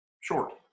short